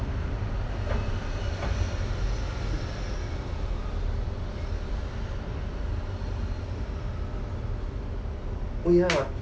oh ya